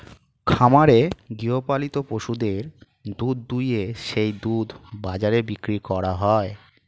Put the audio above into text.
খামারে গৃহপালিত পশুদের দুধ দুইয়ে সেই দুধ বাজারে বিক্রি করা হয়